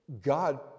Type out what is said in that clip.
God